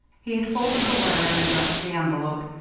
he had folded the letter and addressed the envelope,